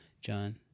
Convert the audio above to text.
John